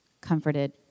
comforted